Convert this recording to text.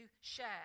share